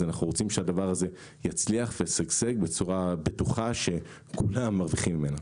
אנחנו רוצים שהדבר הזה יצליח וישגשג בצורה בטוחה שכולם מרוויחים ממנה.